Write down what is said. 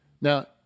Now